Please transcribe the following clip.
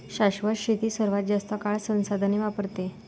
शाश्वत शेती सर्वात जास्त काळ संसाधने वापरते